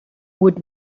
would